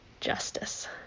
Justice